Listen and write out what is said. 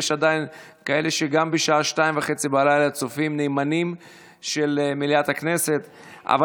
יש עדיין כאלה שגם בשעה 02:30 צופים נאמנים של מליאת הכנסת אבל